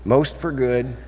most for good,